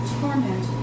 torment